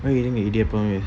eating idiyappam is